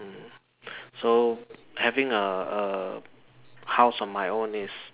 mm so having a a house on my own is